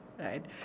right